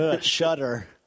Shudder